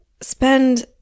spend